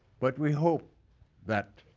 but we hope that